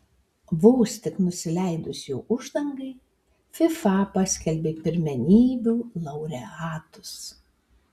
vos tik nusileidus jo uždangai fifa paskelbė pirmenybių laureatus